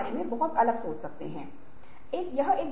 हमें बहुत सतर्क रहना होगा